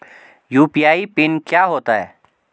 UPI PIN क्या होता है?